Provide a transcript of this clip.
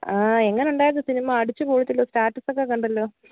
ആ എങ്ങനെ ഉണ്ടായിരുന്നു സിനിമ അടിച്ചുപൊളിച്ചല്ലോ സ്റ്റാറ്റസ് ഒക്കെ കണ്ടല്ലോ